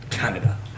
Canada